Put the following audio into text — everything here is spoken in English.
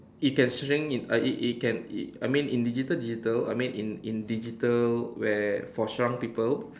it can shrink in uh it it can it I mean in digital digital I mean in in digital where for shrunk people